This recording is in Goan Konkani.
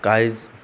कायज